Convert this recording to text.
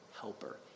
helper